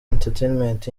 entertainment